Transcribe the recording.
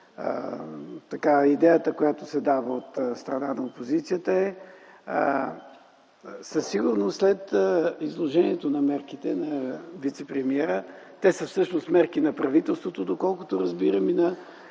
уважим идеята, която се дава от страна на опозицията, е, че те със сигурност след движението на мерките на вицепремиера, те са всъщност мерки на правителството, доколкото разбирам и на